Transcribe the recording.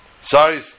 sorry